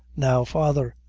now, father,